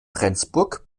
rendsburg